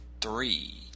three